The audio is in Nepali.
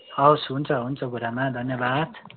हवस् हुन्छ हुन्छ गुरुआमा धन्यवाद